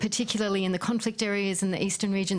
במיוחד באזורי הסכסוך,